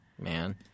man